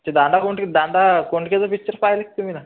ते दादा कोंडके ते दादा कोंडकेचं पिच्चर पहिले तुम्ही ना